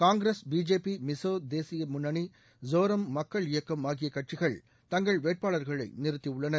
Congress BJP Mizo தேசிய முன்னணி ஜோரம் மக்கள் இயக்கம் ஆகிய கட்சிகள் தங்கள் வேட்பாளர்களை நிறுத்தியுள்ளனர்